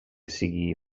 sigui